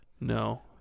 No